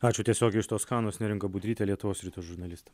ačiū tiesiogiai iš toskanos neringa budrytė lietuvos ryto žurnalistė